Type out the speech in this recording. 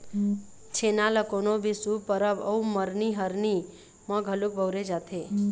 छेना ल कोनो भी शुभ परब अउ मरनी हरनी म घलोक बउरे जाथे